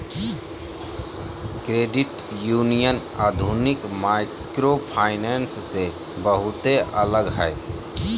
credit union आधुनिक microfinance से बहुते अलग हय